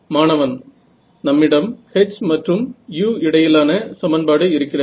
மாணவன் நம்மிடம் h மற்றும் u இடையிலான சமன்பாடு இருக்கிறது